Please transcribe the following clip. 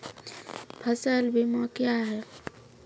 फसल बीमा क्या हैं?